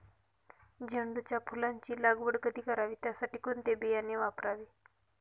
झेंडूच्या फुलांची लागवड कधी करावी? त्यासाठी कोणते बियाणे वापरावे?